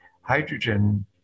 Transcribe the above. Hydrogen